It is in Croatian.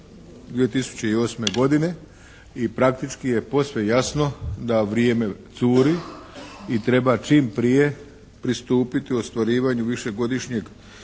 2008. godine. I praktični je posve jasno da vrijeme curi i treba čim prije pristupiti ostvarivanju višegodišnjeg